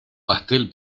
pastel